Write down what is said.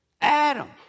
Adam